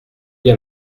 dit